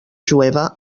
jueva